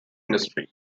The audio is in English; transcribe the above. industry